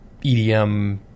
EDM